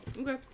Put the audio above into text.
Okay